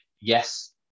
yes